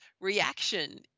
reaction